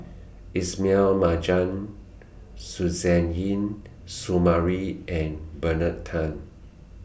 Ismail Marjan Suzairhe Sumari and Bernard Tan